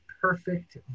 perfect